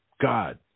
God